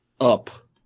up